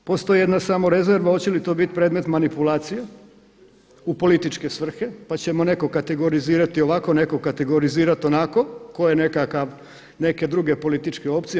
Postoji jedna samo rezerva hoće li to biti predmet manipulacije u političke svrhe, pa će netko kategorizirati ovako, netko kategorizirati onako tko je nekakve druge političke opcije.